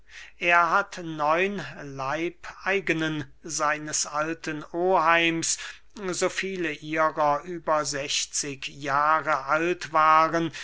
er hat neun leibeigenen seines alten oheims so viele ihrer über sechzig jahre alt waren